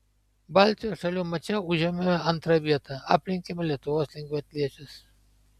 baltijos šalių mače užėmėme antrą vietą aplenkėme lietuvos lengvaatlečius